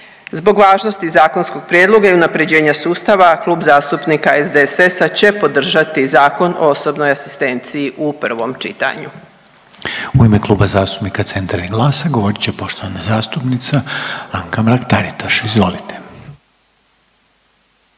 Zbog važnosti zakonskog prijedloga i unapređenja sustava Klub zastupnika SDSS-a će podržati Zakon o osobnoj asistenciji u prvom čitanju. **Reiner, Željko (HDZ)** U ime Kluba zastupnika Centra i GLAS-a govorit će poštovana zastupnica Anka Mrak-Taritaš. Izvolite.